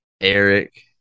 Eric